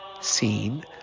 seen